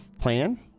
plan